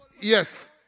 Yes